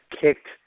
kicked